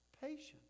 patience